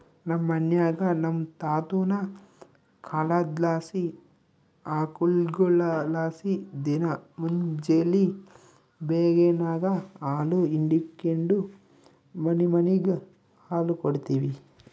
ನಮ್ ಮನ್ಯಾಗ ನಮ್ ತಾತುನ ಕಾಲದ್ಲಾಸಿ ಆಕುಳ್ಗುಳಲಾಸಿ ದಿನಾ ಮುಂಜೇಲಿ ಬೇಗೆನಾಗ ಹಾಲು ಹಿಂಡಿಕೆಂಡು ಮನಿಮನಿಗ್ ಹಾಲು ಕೊಡ್ತೀವಿ